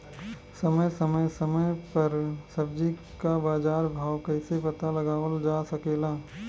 समय समय समय पर सब्जी क बाजार भाव कइसे पता लगावल जा सकेला?